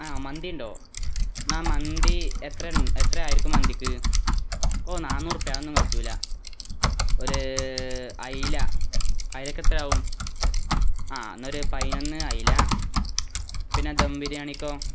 ആ മന്തിയുണ്ടോ എന്നാല് എത്രയായിരിക്കും മന്തിക്ക് ഓ നാനൂറ് ഉറുപ്പിക അതൊന്നും പറ്റില്ല ഒരു അയില അയലക്കെത്രയാവും ആ എന്നാ ഒരു പതിനൊന്ന് അയില പിന്നെ ദം ബിരിയാണിക്കോ